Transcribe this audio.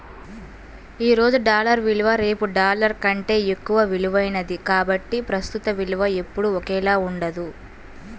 ఈ రోజు డాలర్ విలువ రేపు డాలర్ కంటే ఎక్కువ విలువైనది కాబట్టి ప్రస్తుత విలువ ఎప్పుడూ ఒకేలా ఉండదు